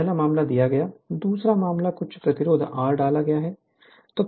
पहला मामला दिया गया दूसरा मामला कुछ प्रतिरोध R डाला गया है